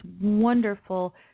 wonderful